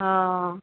অঁ